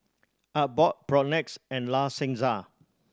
Artbox Propnex and La Senza